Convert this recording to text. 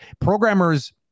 programmers